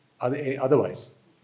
otherwise